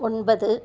ஒன்பது